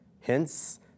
hence